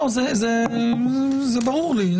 זה ברור לי.